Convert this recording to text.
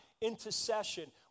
intercession